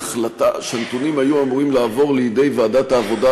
כשהנתונים היו אמורים לעבור לוועדת העבודה,